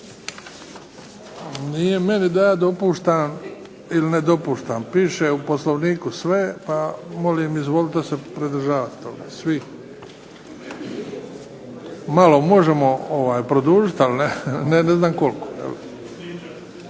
Nije meni da ja dopuštam ili ne dopuštam. Piše u Poslovniku sve, pa molim izvolite se pridržavati toga svi. malo možemo produžiti, ali ne znam koliko.